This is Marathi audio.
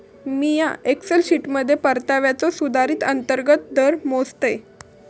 मिया एक्सेल शीटमध्ये परताव्याचो सुधारित अंतर्गत दर मोजतय